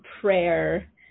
prayer